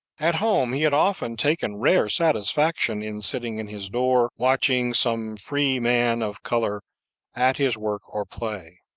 at home, he had often taken rare satisfaction in sitting in his door, watching some free man of color at his work or play.